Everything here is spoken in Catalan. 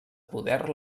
poder